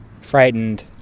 frightened